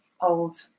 old